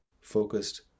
focused